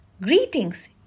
Greetings